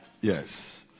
Yes